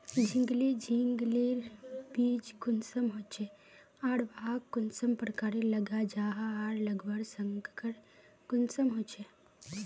झिंगली झिंग लिर बीज कुंसम होचे आर वाहक कुंसम प्रकारेर लगा जाहा आर लगवार संगकर कुंसम होचे?